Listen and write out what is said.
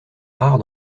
rare